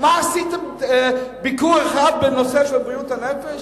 עשיתם ביקור אחד בנושא של בריאות הנפש?